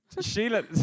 Sheila